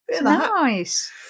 Nice